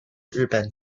日本